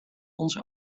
onze